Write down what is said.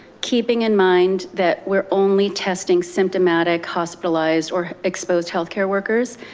keeping in mind that we're only testing symptomatic, hospitalized or exposed healthcare workers,